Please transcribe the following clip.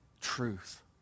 truth